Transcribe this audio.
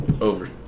Over